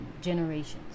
generations